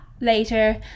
later